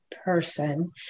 Person